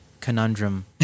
conundrum